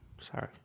sorry